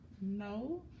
No